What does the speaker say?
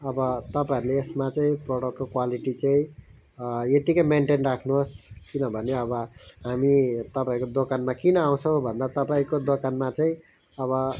अब तपाईँहरूले यसमा चाहिँ प्रोडक्टको क्वालिटी चाहिँ यतिकै मेनटेन राख्नुहोस् किनभने अब हामी तपाईँहरूको दोकानमा किन आउँछौँ भन्दा तपाईँको दोकानमा चाहिँ अब